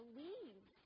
leave